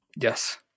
Yes